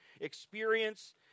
experience